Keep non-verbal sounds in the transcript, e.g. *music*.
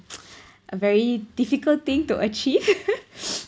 *noise* a very difficult thing to achieve *laughs*